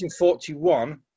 1941